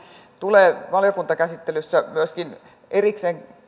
tulee valiokuntakäsittelyssä myöskin erikseen